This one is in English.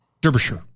Derbyshire